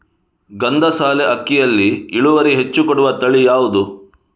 ಗಂಧಸಾಲೆ ಅಕ್ಕಿಯಲ್ಲಿ ಇಳುವರಿ ಹೆಚ್ಚು ಕೊಡುವ ತಳಿ ಯಾವುದು?